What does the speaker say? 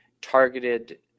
targeted